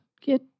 get